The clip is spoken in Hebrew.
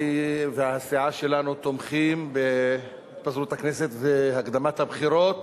אני והסיעה שלנו תומכים בהתפזרות הכנסת והקדמת הבחירות